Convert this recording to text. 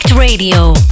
Radio